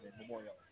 Memorial